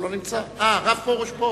השר פרוש,